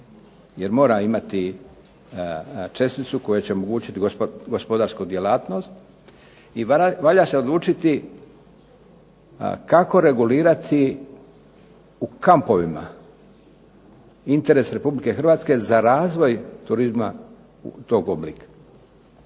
jer mora imati česticu koja će omogućiti gospodarsku djelatnost. I valja se odlučiti kako regulirati u kampovima interes Republike Hrvatske za razvoj turizma tog oblika.